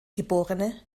geb